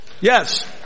Yes